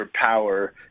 power